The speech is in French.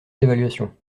d’évaluation